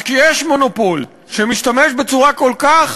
אז כשיש מונופול שמשתמש בצורה כל כך